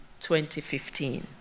2015